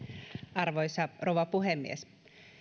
arvoisa rouva puhemies